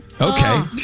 Okay